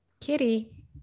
kitty